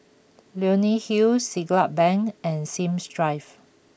Leonie Hill Siglap Bank and Sims Drive